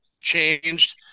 changed